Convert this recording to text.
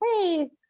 Hey